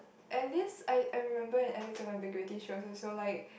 at least I I remember an ethcis of ambiguity she was also like